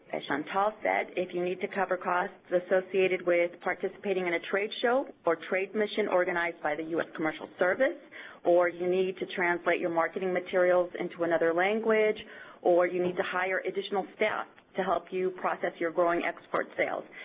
as chantal said, if you need to cover costs associated with participating in a trade show or trade mission organized by the u s. commercial service or you need to translate your marketing materials into another language or you need to hire additional staff to help you process your growing export sales,